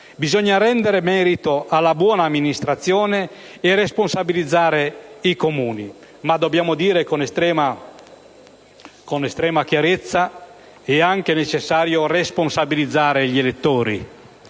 Bisogna rendere merito alla buona amministrazione e responsabilizzare i Comuni, ma dobbiamo dire con estrema chiarezza che è anche necessario responsabilizzare gli elettori.